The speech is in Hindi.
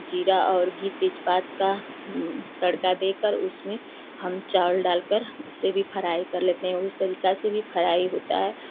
जीरा और घी तेजपात का तड़का देकर उसमें हम चावल डाल कर उसे भी फराइ कर लेते हैं उस तरीका से भी फराइ होता है